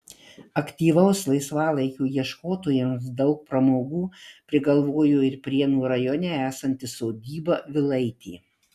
aktyvaus laisvalaikio ieškotojams daug pramogų prigalvojo ir prienų rajone esanti sodyba vilaitė